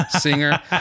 singer